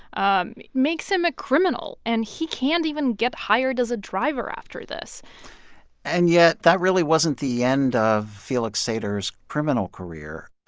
um makes him a criminal. and he can't even get hired as a driver after this and yet that really wasn't the end of felix sater's criminal career